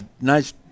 nice